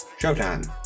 showtime